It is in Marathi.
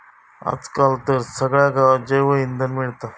आज काल तर सगळ्या गावात जैवइंधन मिळता